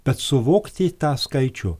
bet suvokti tą skaičių